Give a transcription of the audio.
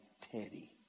Teddy